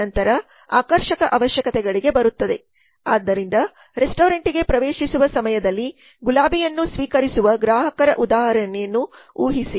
ನಂತರ ಆಕರ್ಷಕ ಅವಶ್ಯಕತೆಗಳಿಗೆ ಬರುತ್ತದೆ ಆದ್ದರಿಂದ ರೆಸ್ಟೋರೆಂಟ್ಗೆ ಪ್ರವೇಶಿಸುವ ಸಮಯದಲ್ಲಿ ಗುಲಾಬಿಯನ್ನು ಸ್ವೀಕರಿಸುವ ಗ್ರಾಹಕರ ಉದಾಹರಣೆಯನ್ನು ಊಹಿಸಿ